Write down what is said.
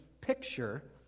picture